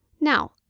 Now